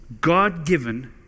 God-given